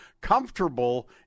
comfortable